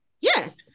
Yes